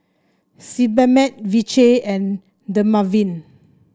Sebamed Vichy and Dermaveen